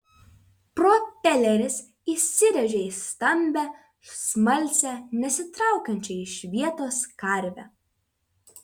propeleris įsirėžė į stambią smalsią nesitraukiančią iš vietos karvę